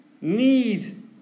need